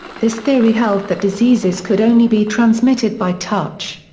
this theory held that diseases could only be transmitted by touch.